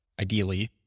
ideally